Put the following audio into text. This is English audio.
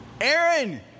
Aaron